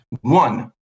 one